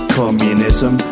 communism